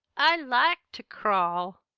i like ter crawl.